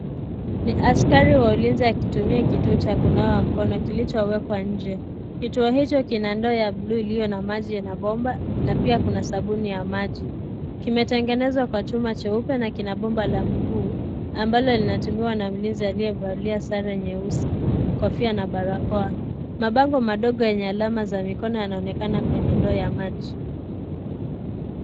Ni askari wa ulinzi akitumia kituo cha kunawa mikono, kilicho wekwa nje. Kituo hicho kina ndoo ya buluu iliyo na maji yana bomba, na pia kuna sabuni ya maji. Kimetengenezwa kwa chuma cheupe na kina bomba la miguu, ambalo linatumiwa na mlinzi aliyevalia sare nyeusi, kofia na barakoa. Mabango madogo yenye alama za mikono yanaonekana kwenye ndoo ya maji.